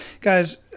guys